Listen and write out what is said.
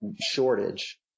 shortage